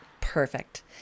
Perfect